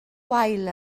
wael